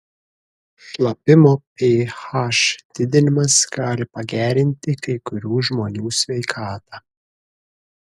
šlapimo ph didinimas gali pagerinti kai kurių žmonių sveikatą